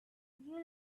you